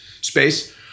space